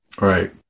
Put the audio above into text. Right